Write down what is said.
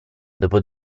dopo